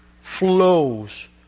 flows